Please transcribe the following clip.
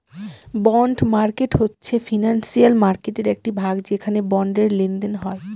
bond market হচ্ছে financial মার্কেটের একটি ভাগ যেখানে বন্ডের লেনদেন হয়